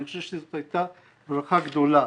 אני חושב שזאת היתה ברכה גדולה.